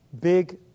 big